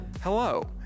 Hello